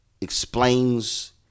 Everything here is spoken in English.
explains